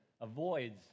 avoids